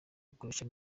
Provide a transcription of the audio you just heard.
bakoresha